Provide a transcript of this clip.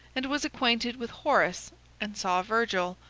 and was acquainted with horace and saw virgil,